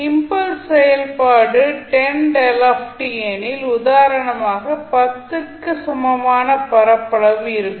impulse செயல்பாடு 10 எனில் உதாரணமாக 10 க்கு சமமான பரப்பளவு இருக்கும்